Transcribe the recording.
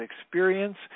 experience